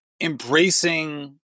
embracing